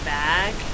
back